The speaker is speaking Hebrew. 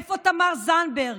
איפה תמר זנדברג?